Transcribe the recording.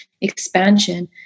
expansion